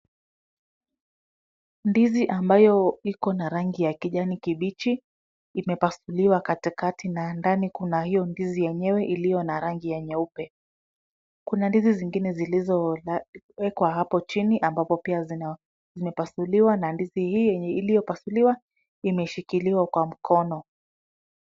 Ndizi ambayo iko na rangi ya kijani kibichi imepasuliwa katikati na ndani kuna hiyo ndizi yenyewe iliyo na rangi ya nyeupe. Kuna ndizi zingine zilizowekwa hapo chini, ambapo pia zimepasuliwa na ndizi hii iliyopasuliwa imeshikiliwa kwa mkono.